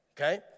Okay